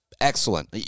excellent